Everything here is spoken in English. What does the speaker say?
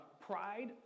Pride